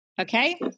Okay